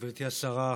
גברתי השרה,